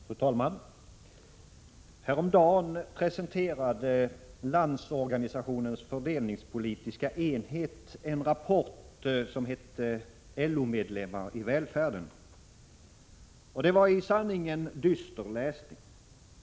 Fru talman! Häromdagen presenterade Landsorganisationens fördelningspolitiska enhet en rapport om LO-medlemmar i välfärden. Det var i sanning en dyster läsning.